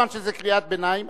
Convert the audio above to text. כל זמן שזה קריאת ביניים,